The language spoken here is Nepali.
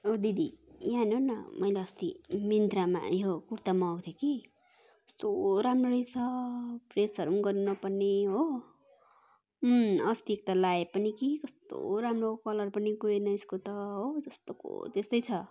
औ दिदी यहाँ हेर्नु न मैले अस्ति मिन्त्रमा यो कुर्ता मगाएको थिएँ कि कस्तो राम्रो रहेछ प्रेसहरू गर्नु नपर्ने हो अस्ति एकताल लगाएँ पनि कि कस्तो राम्रो कलर पनि गएन यसको त हो जस्तोको त्यस्तै छ